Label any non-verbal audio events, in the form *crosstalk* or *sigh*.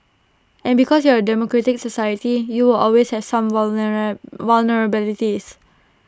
and because you're A democratic society you will always have some *unintelligible* vulnerabilities